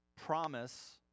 promise